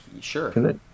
Sure